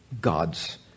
God's